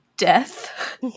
death